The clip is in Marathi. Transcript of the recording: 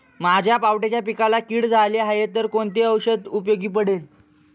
माझ्या पावट्याच्या पिकाला कीड झाली आहे तर कोणते औषध उपयोगी पडेल?